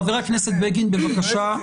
חבר הכנסת בגין, בבקשה.